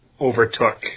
overtook